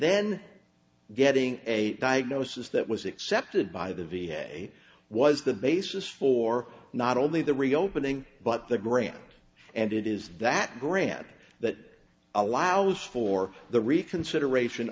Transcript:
then getting a diagnosis that was accepted by the v had a was the basis for not only the reopening but the grant and it is that grant that allows for the reconsideration